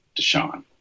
Deshaun